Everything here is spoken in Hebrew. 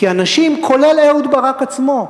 כי אנשים, כולל אהוד ברק עצמו,